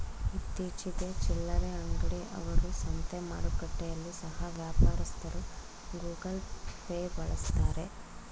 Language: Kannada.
ಇತ್ತೀಚಿಗೆ ಚಿಲ್ಲರೆ ಅಂಗಡಿ ಅವರು, ಸಂತೆ ಮಾರುಕಟ್ಟೆಯಲ್ಲಿ ಸಹ ವ್ಯಾಪಾರಸ್ಥರು ಗೂಗಲ್ ಪೇ ಬಳಸ್ತಾರೆ